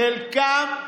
חלקם,